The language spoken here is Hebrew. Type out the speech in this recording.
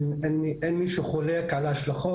ואין לנו אבחנה של מי שפונה למחלקת הרווחה,